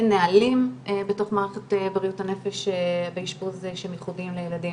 אין נהלים בתוך מערכת בריאות הנפש באשפוז שהם ייחודיים לילדים.